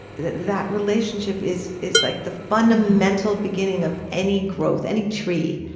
that that relationship is is like the fundamental beginning of any growth, any tree.